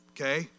okay